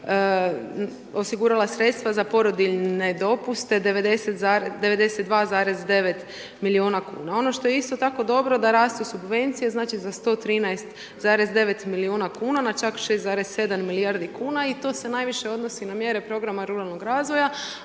osigurala sredstva za porodiljne dopuste 92,9 milijuna kuna. Ono što je isto tako dobro da rastu subvencije, znači za 113,9 milijuna kuna na čak 6,7 milijardi kuna i to se najviše odnosi na mjere programa ruralnog razvoja